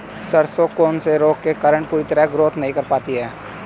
सरसों कौन से रोग के कारण पूरी तरह ग्रोथ नहीं कर पाती है?